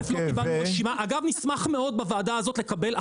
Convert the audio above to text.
אגב נשמח מאוד בוועדה הזאת לקבל,